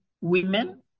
women